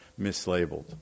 mislabeled